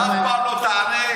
אף פעם לא תענה.